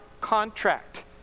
contract